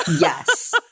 Yes